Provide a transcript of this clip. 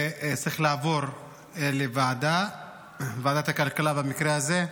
וזה צריך לעבור לוועדת הכלכלה במקרה הזה.